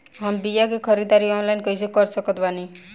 हम बीया के ख़रीदारी ऑनलाइन कैसे कर सकत बानी?